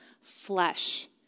flesh